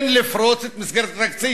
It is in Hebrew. כן, לפרוץ את מסגרת התקציב.